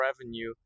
revenue